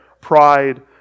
pride